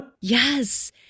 Yes